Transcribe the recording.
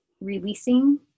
releasing